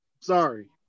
Sorry